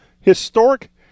historic